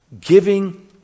giving